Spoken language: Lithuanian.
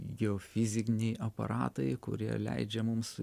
geofiziniai aparatai kurie leidžia mums